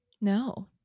No